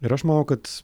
ir aš manau kad